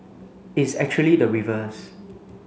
it's actually the reverse